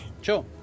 sure